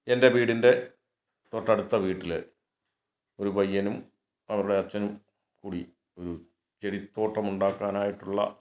എൻ്റെ വീടിൻ്റെ തൊട്ടടുത്ത വീട്ടിൽ ഒരു പയ്യനും അവരുടെ അച്ഛനും കൂടി ഒരു ചെടിത്തോട്ടമുണ്ടാക്കാനായിട്ടുള്ള